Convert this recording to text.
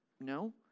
no